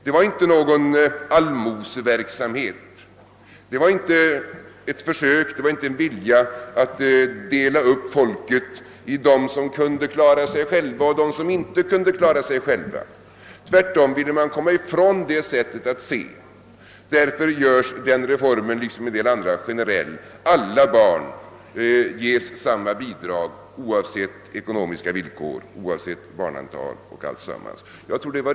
Det var inte någon allmoseverksamhet, inte ett försök eller en vilja att dela upp folket i sådana som kunde klara sig själva och sådana som inte kunde det. Tvärtom ville man komma ifrån det sättet att se. Därför gjordes den reformen liksom en del andra reformer generell: Alla barnfamiljer får samma bidrag oavsett ekonomiska villkor.